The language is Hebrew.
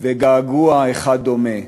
וגעגוע אחד דומה,